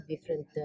different